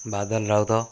Badal Raut